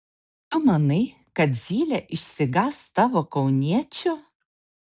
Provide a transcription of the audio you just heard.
tu manai kad zylė išsigąs tavo kauniečių